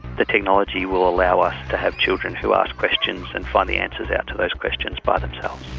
the technology will allow us to have children who ask questions and find the answers out to those questions by themselves.